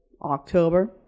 october